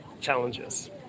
challenges